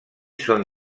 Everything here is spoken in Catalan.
són